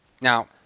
Now